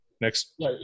Next